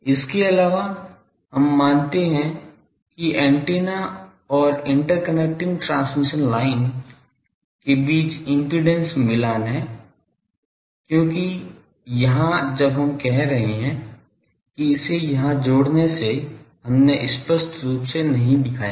इसके अलावा हम मानते हैं कि एंटीना और इंटरकनेक्टिंग ट्रांसमिशन लाइन के बीच इम्पीडेन्स मिलान है क्योंकि यहाँ जब हम यह कह रहे हैं कि इसे यहाँ जोड़ने से हमने स्पष्ट रूप से नहीं दिखाया है